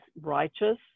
righteous